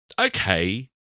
okay